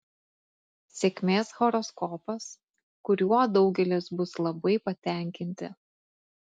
sėkmės horoskopas kuriuo daugelis bus labai patenkinti